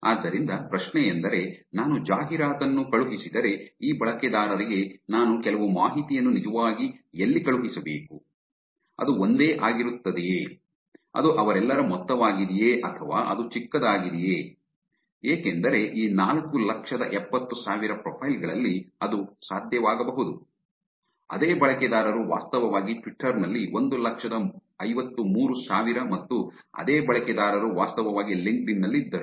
ಆದ್ದರಿಂದ ಪ್ರಶ್ನೆಯೆಂದರೆ ನಾನು ಜಾಹೀರಾತನ್ನು ಕಳುಹಿಸಿದರೆ ಈ ಬಳಕೆದಾರರಿಗೆ ನಾನು ಕೆಲವು ಮಾಹಿತಿಯನ್ನು ನಿಜವಾಗಿ ಎಲ್ಲಿ ಕಳುಹಿಸಬೇಕು ಅದು ಒಂದೇ ಆಗಿರುತ್ತದೆಯೇ ಅದು ಅವರೆಲ್ಲರ ಮೊತ್ತವಾಗಿದೆಯೇ ಅಥವಾ ಅದು ಚಿಕ್ಕದಾಗಿದೆಯೇ ಏಕೆಂದರೆ ಈ ನಾಲ್ಕು ಲಕ್ಷದ ಎಪ್ಪತ್ತು ಸಾವಿರ ಪ್ರೊಫೈಲ್ ಗಳಲ್ಲಿ ಅದು ಸಾಧ್ಯವಾಗಬಹುದು ಅದೇ ಬಳಕೆದಾರರು ವಾಸ್ತವವಾಗಿ ಟ್ವಿಟ್ಟರ್ ನಲ್ಲಿ ಒಂದು ಲಕ್ಷದ ಐವತ್ತು ಮೂರು ಸಾವಿರ ಮತ್ತು ಅದೇ ಬಳಕೆದಾರರು ವಾಸ್ತವವಾಗಿ ಲಿಂಕ್ಡ್ಇನ್ ನಲ್ಲಿದ್ದರು